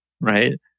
right